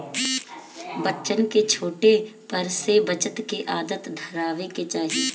बच्चन के छोटे पर से बचत के आदत धरावे के चाही